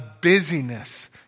busyness